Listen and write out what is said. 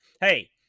hey